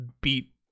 beat